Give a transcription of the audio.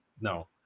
no